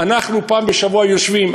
אנחנו פעם בשבוע יושבים,